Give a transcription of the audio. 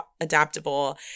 adaptable